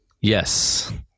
Yes